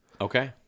Okay